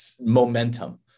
momentum